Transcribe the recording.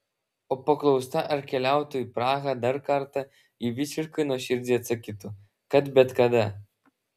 o paklausta ar keliautų į prahą dar kartą ji visiškai nuoširdžiai atsakytų kad bet kada